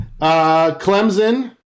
Clemson